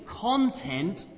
content